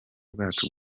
bwacu